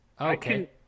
Okay